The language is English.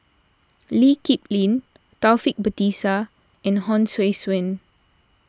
Lee Kip Lin Taufik Batisah and Hon Sui Sen